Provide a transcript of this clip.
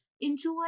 enjoy